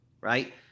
right